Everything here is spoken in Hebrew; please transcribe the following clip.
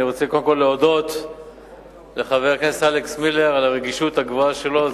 אני רוצה קודם כול להודות לחבר הכנסת אלכס מילר על הרגישות הגבוהה שלו.